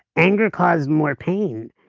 anger caused more pain.